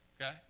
okay